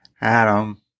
Adam